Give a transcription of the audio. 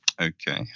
Okay